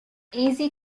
easy